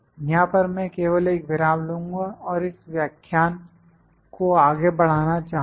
यहां पर मैं केवल एक विराम लूँगा और इस व्याख्यान को आगे बढ़ाना चाहूँगा